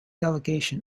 delegation